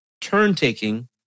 turn-taking